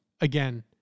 again